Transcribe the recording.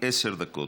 עשר דקות,